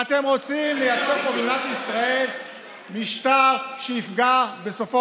ואתם רוצים לייצר פה במדינת ישראל משטר שיפגע בסופו